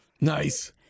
Nice